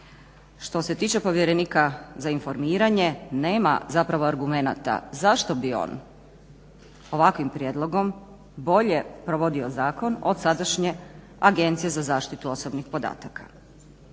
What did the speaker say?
Što se tiče povjerenika za informiranje nema zapravo argumenata zašto bi on ovakvim prijedlogom bolje provodio zakon od sadašnje Agencije za zaštitu osobnih podataka.